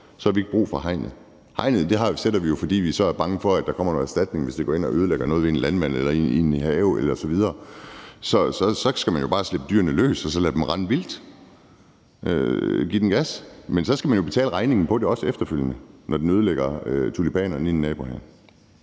så har vi ikke brug for hegnet. Hegnet sætter vi jo op, fordi vi så er bange for, at der kommer en erstatning, hvis de går ind og ødelægger noget ved en landmand eller i en have osv. Så skal man bare slippe dyrene løs og så lade dem rende vildt og give den gas. Men så skal man jo også efterfølgende betale regningen for det, når den ødelægger tulipanerne i en nabohave.